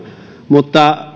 mutta